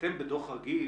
אתם בדוח רגיל,